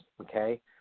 okay